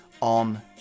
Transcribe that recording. on